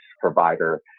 provider